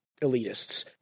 elitists